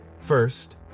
First